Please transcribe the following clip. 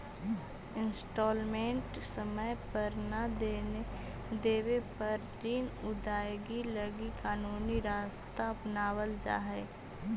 instalment समय पर न देवे पर ऋण अदायगी लगी कानूनी रास्ता अपनावल जा हई